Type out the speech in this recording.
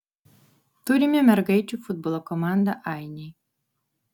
turime mergaičių futbolo komandą ainiai